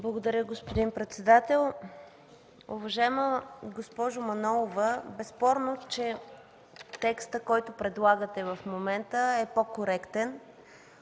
Благодаря, господин председател. Уважаема госпожо Манолова, безспорно, че текстът, който предлагате в момента, е по-коректен